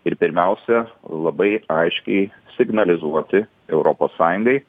ir pirmiausia labai aiškiai signalizuoti europos sąjungai